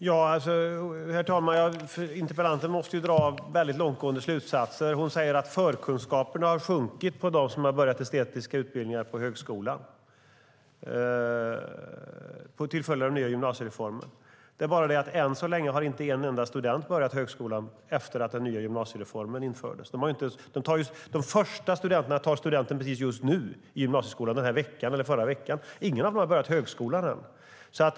Herr talman! Interpellanten drar mycket långtgående slutsatser. Hon säger att förkunskaperna hos dem som har börjat estetiska utbildningar på högskolan har sjunkit till följd av den nya gymnasiereformen. Men än så länge har inte en enda student som berörts av den nya gymnasiereformen börjat högskolan. De första tar studenten nu i dagarna. Ingen av dem har börjat högskolan än.